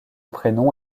prénom